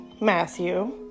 Matthew